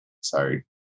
Sorry